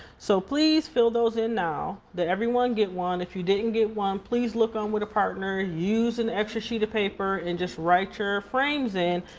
so please fill those in now. did everyone get one? if you didn't get one, please look on with a partner, use an extra sheet of paper and just write your frames in.